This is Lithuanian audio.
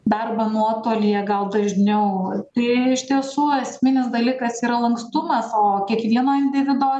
darbą nuotolyje gal dažniau tai iš tiesų esminis dalykas yra lankstumas o kiekvieno individo